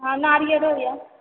हँ नारियरो यऽ